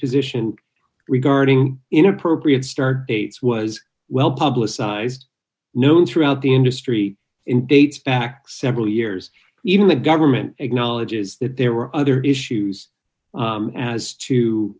position regarding inappropriate start dates was well publicized known throughout the industry in dates back several years even the government acknowledges that there were other issues as to